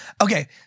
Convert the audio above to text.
Okay